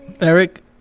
Eric